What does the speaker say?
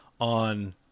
on